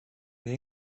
the